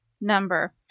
number